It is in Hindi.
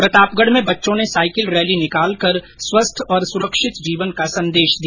प्रतापगढ़ में बच्चों ने साइकिल रैली निकालकर स्वस्थ और सुरक्षित जीवन का संदेश दिया